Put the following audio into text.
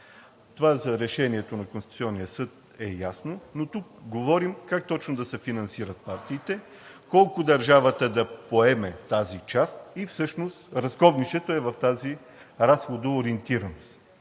Това за решението на Конституционния съд е ясно, но тук говорим как точно да се финансират партиите, колко държавата да поеме тази част и всъщност разковничето е в тази разходоориентираност.